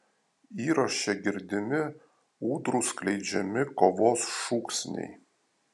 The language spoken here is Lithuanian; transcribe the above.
įraše girdimi ūdrų skleidžiami kovos šūksniai